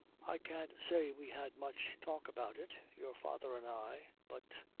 i can't say we had much talk about it, your father and i, but,